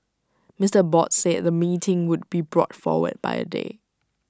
Mister Abbott said the meeting would be brought forward by A day